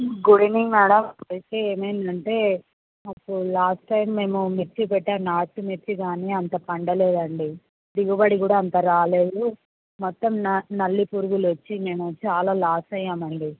good evening madam అయితే ఏమైందంటే మాకు లాస్ట్ టైం మేము మిర్చి పెట్టాము నాటు మిర్చి కానీ అంత పండలేదండి దిగుబడి కూడా అంత రాలేదు మొత్తం న నల్లి పురుగులు వచ్చి మేము చాలా లాస్ అయ్యామండి